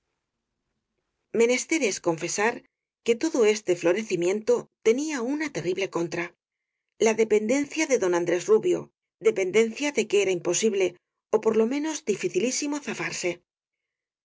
es confesar que todo este florecimien to tenía una terrible contra la dependencia de don andrés rubio dependencia de que era imposible ó por lo menos dificilísimo zafarse